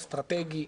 אסטרטגי.